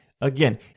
again